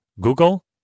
Google